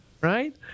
Right